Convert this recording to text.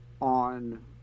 on